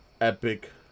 epic